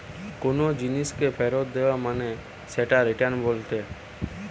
কোনো জিনিসকে ফেরত দেয়া মানে সেটাকে রিটার্ন বলেটে